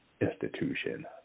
institution